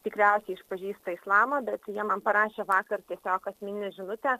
tikriausiai išpažįsta islamą bet jie man parašė vakar tiesiog asmeninę žinutę